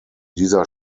dieser